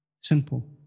Simple